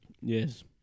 Yes